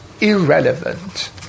irrelevant